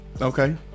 Okay